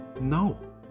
No